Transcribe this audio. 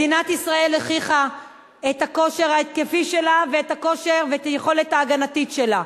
מדינת ישראל הוכיחה את הכושר ההתקפי שלה ואת היכולת ההגנתית שלה.